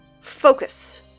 focus